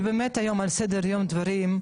יש באמת היום על סדר היום דברים,